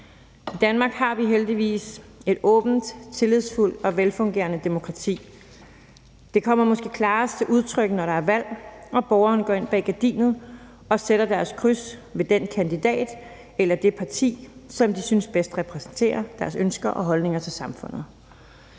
I Danmark har vi heldigvis et åbent og tillidsfuldt og velfungerende demokrati. Det kommer måske klarest til udtryk, når der er valg og borgerne går ind bag gardinet og sætter deres kryds ved den kandidat eller det parti, som de synes bedst repræsenterer deres ønsker og deres holdninger til samfundet.